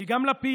כי גם לפיד,